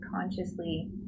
consciously